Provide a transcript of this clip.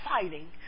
fighting